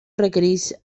requereix